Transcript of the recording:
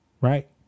Right